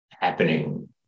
happening